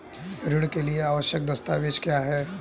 ऋण के लिए आवश्यक दस्तावेज क्या हैं?